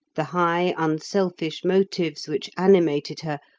the high, unselfish motives which animated her,